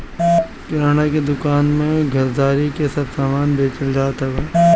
किराणा के दूकान में घरदारी के सब समान बेचल जात हवे